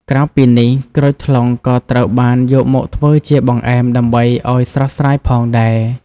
ក្រៅពីនេះ ក្រូចថ្លុងក៏ត្រូវបានយកមកធ្វើជាបង្អែមដើម្បីឲ្យស្រស់ស្រាយផងដែរ។